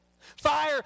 Fire